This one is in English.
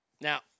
Now